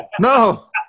No